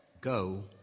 Go